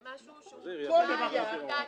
זה משהו שהוא --- אין דבר כזה.